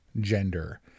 gender